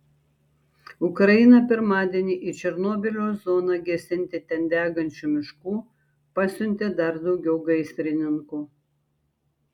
ukraina pirmadienį į černobylio zoną gesinti ten degančių miškų pasiuntė dar daugiau gaisrininkų